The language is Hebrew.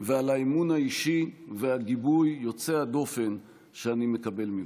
ועל האמון האישי והגיבוי יוצא הדופן שאני מקבל ממך.